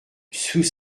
sous